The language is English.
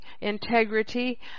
integrity